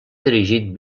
dirigit